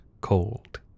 cold